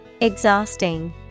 Exhausting